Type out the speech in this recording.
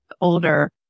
older